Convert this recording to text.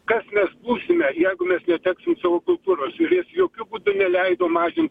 kas mes būsime jeigu mes neteksim savo kultūros ir jis jokiu būdu neleido mažinti